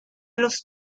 los